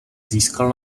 získal